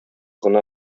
гына